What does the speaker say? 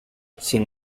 sin